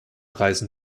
reisen